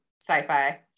sci-fi